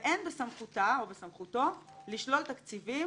ואין בסמכותה לשלול תקציבים